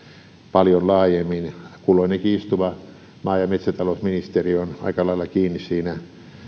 paljon laajemmin kulloinenkin istuva maa ja metsätalousministeri on aika lailla kiinni siinä